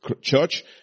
Church